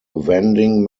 vending